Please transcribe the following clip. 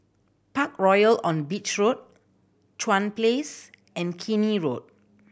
Parkroyal on Beach Road Chuan Place and Keene Road